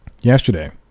yesterday